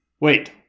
Wait